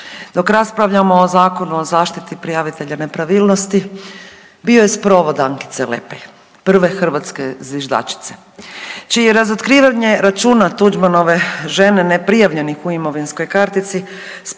dok raspravljamo o Zakonu o zaštiti prijavitelja nepravilnosti bio je sprovod Ankice Lepej, prve hrvatske zviždače čije je razotkrivanje računa Tuđmanove žene neprijavljenih u imovinskoj kartici s